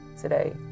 today